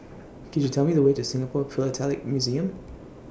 Could YOU Tell Me The Way to Singapore Philatelic Museum